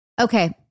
Okay